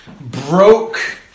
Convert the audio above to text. broke